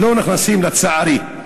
לצערי.